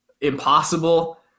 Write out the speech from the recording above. impossible